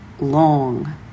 long